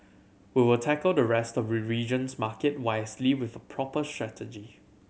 we will tackle the rest the region's market wisely with a proper strategy